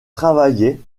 travaillait